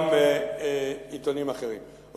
גם עיתונים אחרים.